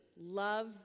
Love